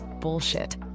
Bullshit